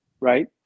Right